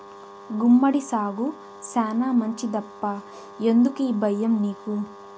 గుమ్మడి సాగు శానా మంచిదప్పా ఎందుకీ బయ్యం నీకు